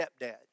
stepdad